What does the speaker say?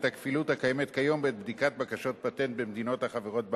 הכפילות הקיימת כיום בעת בדיקת בקשת פטנט במדינות החברות באמנה,